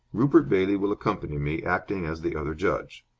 rupert bailey will accompany me, acting as the other judge.